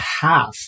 half